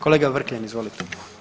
Kolega Vrkljan, izvolite.